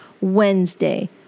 Wednesday